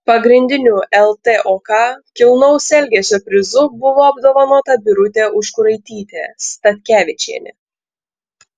pagrindiniu ltok kilnaus elgesio prizu buvo apdovanota birutė užkuraitytė statkevičienė